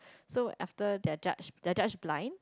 so after their judge their judge blind